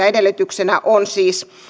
edellytyksenä on siis